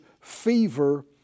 fever